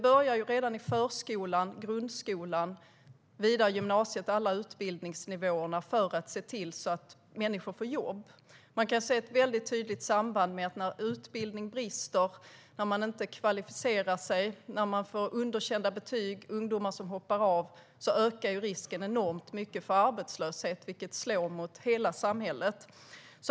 För att se till att människor får jobb behöver vi lägga resurser på förskolan, grundskolan, gymnasiet och så vidare, på alla utbildningsnivåer. Man kan se ett väldigt tydligt samband: När utbildningen brister, när man inte kvalificerar sig, när man får underkända betyg och när ungdomar hoppar av ökar risken enormt mycket för arbetslöshet, vilket slår mot hela samhället.